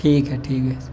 ٹھیک ہے ٹھیک ہے